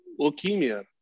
leukemia